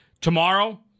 Tomorrow